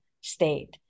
state